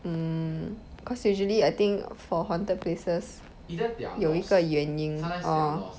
mm cause usually I think for haunted places 有一个原因 orh